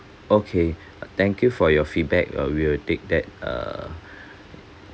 okay thank you for your feedback uh we'll take that err